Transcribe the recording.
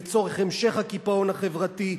לצורך המשך הקיפאון החברתי,